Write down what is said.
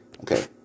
Okay